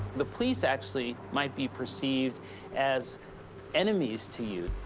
the police actually might be perceived as enemies to you.